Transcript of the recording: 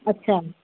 अच्छा